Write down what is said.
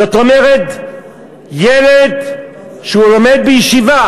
זאת אומרת, ילד שלומד בישיבה